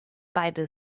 beide